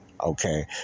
Okay